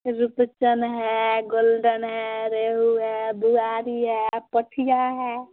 रुपचन है गोल्डन है रेहु है बुआरी है पोठिआ है